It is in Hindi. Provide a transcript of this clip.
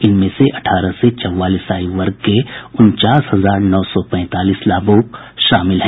इनमें से अठारह से चौवालीस आयु वर्ग के उनचास हजार नौ सौ पैंतालीस लाभुक शामिल हैं